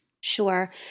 Sure